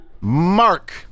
Mark